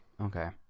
Okay